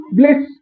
bliss